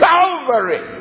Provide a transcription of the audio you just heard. Calvary